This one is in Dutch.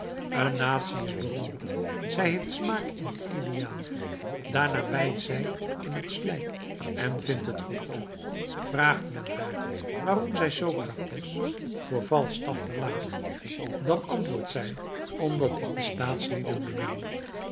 een natie is beroemd zij heeft smaak in het ideaal daarna bijt zij in het slijk en vindt het goed vraagt men haar waarom zij socrates voor falstaff verlaat dan antwoordt zij omdat ik de